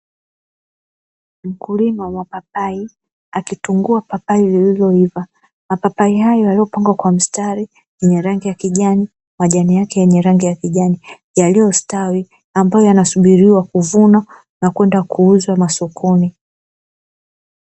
Mkulima wa mapapai, akitungua papai lililoiva. Mapapai hayo yaliyopangwa kwa mstari, yenye rangi ya kijani, majani yake yenye rangi ya kijani yaliyostawi ambayo yanasubiriwa kuvunwa na kwenda kuuzwa masokoni.